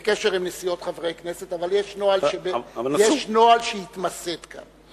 בקשר לנסיעות חברי כנסת, אבל יש נוהל שהתמסד כאן: